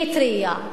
מי התריע על